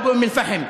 או באום-אלפחם.